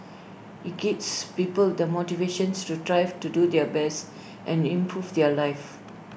IT gives people the motivations to strive to do their best and improve their lives